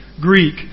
Greek